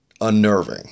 unnerving